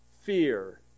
fear